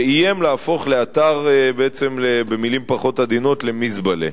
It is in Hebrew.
ואיים להפוך, במלים פחות עדינות, למזבלה.